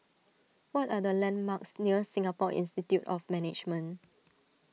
what are the landmarks near Singapore Institute of Management